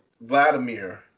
Vladimir